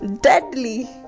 deadly